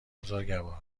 بزرگوار